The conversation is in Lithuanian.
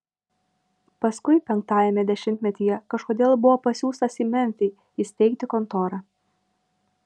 paskui penktajame dešimtmetyje kažkodėl buvo pasiųstas į memfį įsteigti kontorą